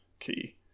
key